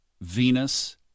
Venus